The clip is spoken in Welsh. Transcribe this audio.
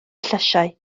llysiau